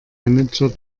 manager